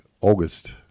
August